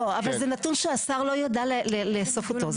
לא, אבל זה נתון שהשר לא יידע לאסוף אותו.